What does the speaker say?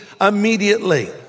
immediately